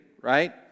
right